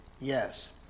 Yes